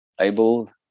able